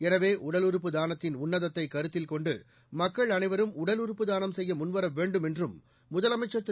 எனவே உடல் உறுப்பு தானத்தின் உள்ளதத்தை கருத்தில் கொண்டு மக்கள் அனைவரும் உடல் உறுப்பு தானம் செய்ய முன்வர வேண்டும் என்றும் முதலமைச்சர் திரு